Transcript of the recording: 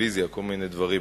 בטלוויזיה כל מיני דברים.